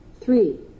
three